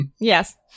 Yes